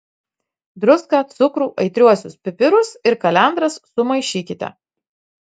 druską cukrų aitriuosius pipirus ir kalendras sumaišykite